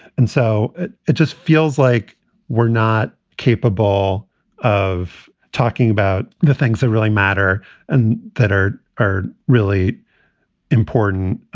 and so it it just feels like we're not capable of talking about the things that really matter and that are are really important.